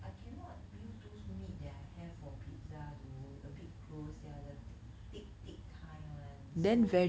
I cannot use those meat that I have for pizza though a bit gross they are the thick thick kind one so